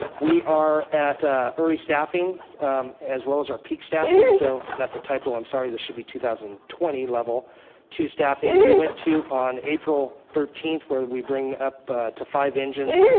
we are at a early staffing as well as our peak staffing. so that's a typo, i'm sorry, this should be two thousand and twenty level two staffing, we went to on april thirteenth where we bring up to five engines,